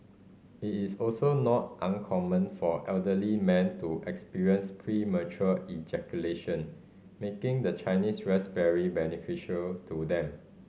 it is also not uncommon for elderly men to experience premature ejaculation making the Chinese raspberry beneficial to them